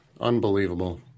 unbelievable